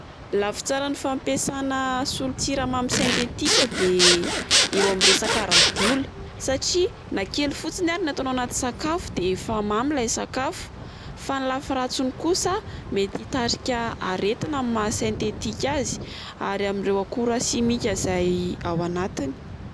Ny lafy tsara ny fampiasana solon-tsiramamy sentetika de eo amin'ny resaka ara-bola satria na kely fotsiny ara ny ataonao ao anaty sakafo de efa mamy ilay sakafo, fa ny lafy ratsiny kosa mety hitarika aretina amin'ny maha sentetika azy ary amin'ireo akora simika izay ao anatiny.